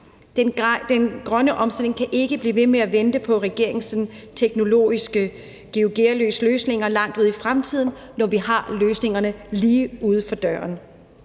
Den grønne omstilling kan ikke blive ved med at vente på regeringens sådan teknologiske Georg Gearløs-løsninger langt ude i fremtiden, når vi har løsningerne lige uden for døren,